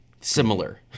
similar